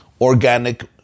Organic